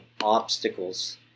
obstacles